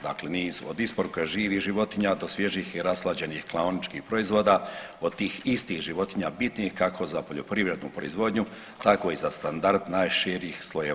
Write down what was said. Dakle nizu, od isporuka živih životinja do svježih i rashlađenih klaoničkih proizvoda od tih istih životinja bitnih kako za poljoprivrednu proizvodnju tako i za standard najširih slojeva društva.